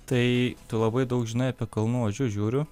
tai tu labai daug žinai apie kalnų žiūriu